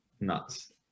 nuts